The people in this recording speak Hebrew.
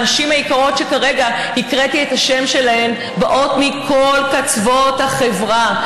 הנשים היקרות שכרגע הקראתי את השמות שלהן באות מכול קצוות החברה,